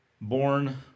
born